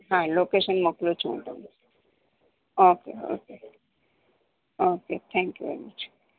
હા લોકેશન મોકલું છું હું તમને okay okay okay thank you very much